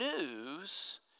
News